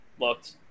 looked